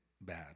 bad